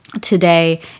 Today